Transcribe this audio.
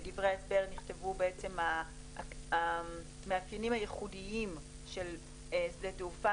בדברי ההסבר נכתבו המאפיינים הייחודיים של שדה תעופה,